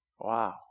Wow